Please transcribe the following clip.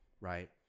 Right